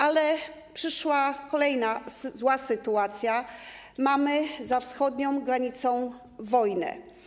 Ale przyszła kolejna zła sytuacja - mamy za wschodnią granicą wojnę.